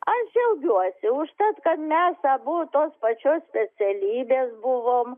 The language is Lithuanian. aš džiaugiuosi užtat kad mes abu tos pačios specialybės buvom